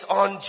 on